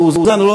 מאוזן,